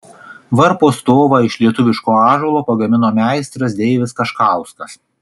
varpo stovą iš lietuviško ąžuolo pagamino meistras deivis kaškauskas